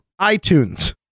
iTunes